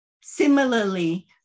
Similarly